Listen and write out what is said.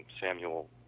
Samuel